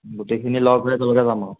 গোটেইখিনিয়ে লগ হৈ একেলগে যাম আৰু